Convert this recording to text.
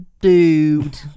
dude